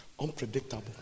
Unpredictable